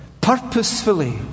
purposefully